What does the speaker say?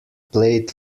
played